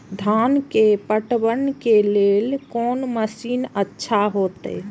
धान के पटवन के लेल कोन मशीन अच्छा होते?